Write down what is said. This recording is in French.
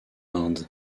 inde